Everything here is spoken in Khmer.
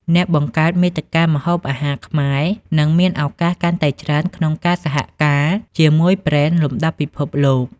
អ្នកបង្កើតមាតិកាម្ហូបអាហារខ្មែរនឹងមានឱកាសកាន់តែច្រើនក្នុងការសហការជាមួយប្រេនលំដាប់ពិភពលោក។